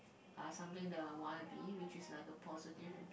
are something that I wanna be which is like a positive